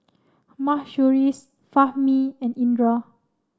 Mahsuri's Fahmi and Indra